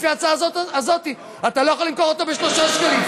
לפי ההצעה הזאת אתה לא יכול למכור אותו ב-3 שקלים,